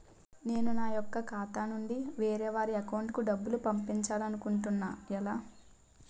నేను నా యెక్క ఖాతా నుంచి వేరే వారి అకౌంట్ కు డబ్బులు పంపించాలనుకుంటున్నా ఎలా?